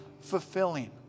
fulfilling